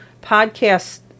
podcast